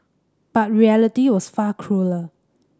but reality was far crueller